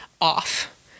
off